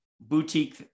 boutique